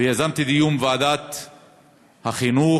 ויזמתי דיון בוועדת החינוך,